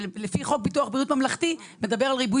שלפי חוק בריאות ממלכתי ידובר על ריבוי